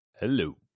Hello